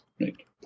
right